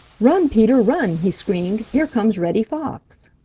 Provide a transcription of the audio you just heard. run, peter! run! he screamed. here comes reddy fox!